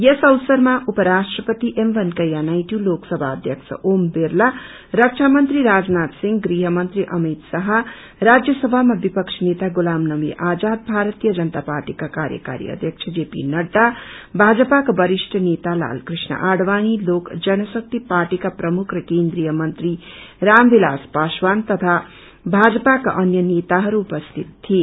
यस अवसरमा उपराष्ट्रपति एम वेकैया नायडू लोकसभा अध्यक्ष ओम बिरला रक्षा मंत्री राजनार्गिसिंह गृह मंत्री गअमित शाह राज्यसभाम विपक्ष नेता गुलाम नवी आजाद भारतीय जनता पार्टीका काप्रकारी अध्यक्ष जे पी नहा भाजपाका वरिष्ठ नेता लालकृष्ण आड़वाणी लो जनशक्ति पार्टीका प्रमुख र केन्द्रिय मंत्री रम विलास पासवान तथा भाजपाका अन्य नेताहरू उपस्थित थिए